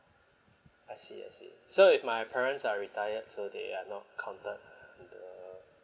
I see I see so if my parents are retired so they are not counted in the